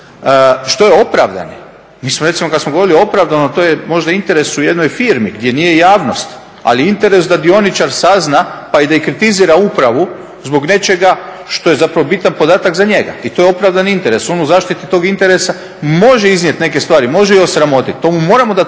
Što je opravdani? Mi smo kada smo govorili o opravdanom to je možda interes u jednoj firmi gdje nije javnost, ali interes da dioničar sazna pa i da kritizira upravu zbog nečega što je bitan podatak za njega i to je opravdan interes. On u zaštiti tog interesa može iznijeti neke stvari, može i osramotiti, to mu moramo dati